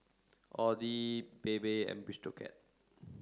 Audi Bebe and Bistro Cat